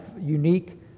unique